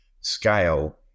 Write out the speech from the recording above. scale